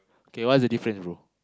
okay what's the difference bro